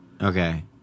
Okay